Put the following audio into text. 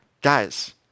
guys